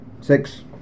six